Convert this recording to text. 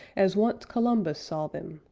as once columbus saw them,